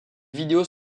vidéos